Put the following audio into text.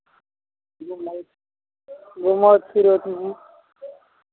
घूमथु घूमथु फिरथु